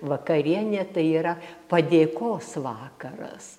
vakarienė tai yra padėkos vakaras